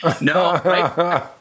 No